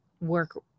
work